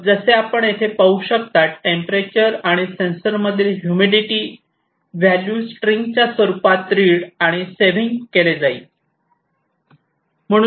तर जसे आपण येथे पाहू शकता टेंपरेचर आणि सेन्सरमधील ह्युमिडिटी व्हॅल्यू स्ट्रिंग च्या स्वरूपात रीड आणि सेविंग केले जाईल